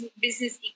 business